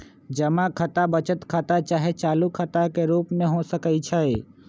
जमा खता बचत खता चाहे चालू खता के रूप में हो सकइ छै